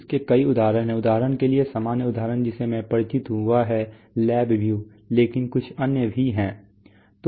इसके कई उदाहरण हैं उदाहरण के लिए एक सामान्य उदाहरण जिससे मैं परिचित हूं वह है LabView लेकिन कुछ अन्य भी हैं